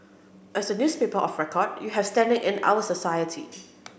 as the newspaper of record you have standing in our society